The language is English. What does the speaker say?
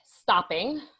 Stopping